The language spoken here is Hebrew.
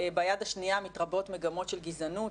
ביד השנייה מתרבות מגמות של גזענות,